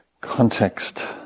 context